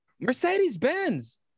Mercedes-Benz